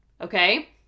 Okay